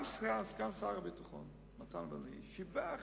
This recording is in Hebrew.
גם סגן שר הביטחון מתן וילנאי שיבח